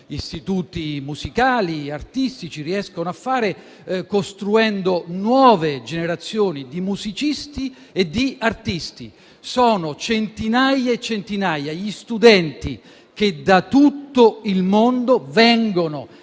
istituti musicali e artistici riescono a fare, costruendo nuove generazioni di musicisti e artisti. Sono centinaia e centinaia gli studenti che da tutto il mondo vengono